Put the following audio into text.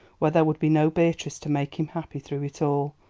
where there would be no beatrice to make him happy through it all.